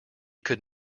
could